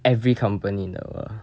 every company in world